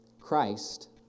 christ